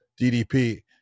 DDP